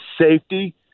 safety